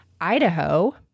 Idaho